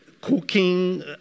cooking